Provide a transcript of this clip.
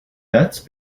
that’s